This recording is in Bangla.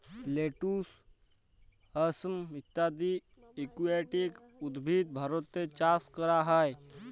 লেটুস, হ্যাসান্থ ইত্যদি একুয়াটিক উদ্ভিদ ভারতে চাস ক্যরা হ্যয়ে